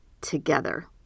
together